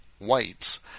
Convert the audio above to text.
whites